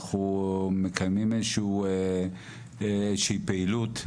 אנחנו מקיימים איזושהי פעילות,